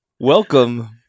Welcome